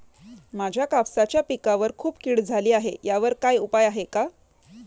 माझ्या कापसाच्या पिकावर खूप कीड झाली आहे यावर काय उपाय आहे का?